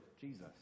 Jesus